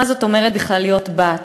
מה זאת אומרת בכלל להיות בת,